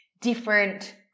different